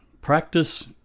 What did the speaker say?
practice